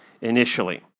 initially